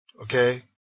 Okay